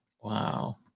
Wow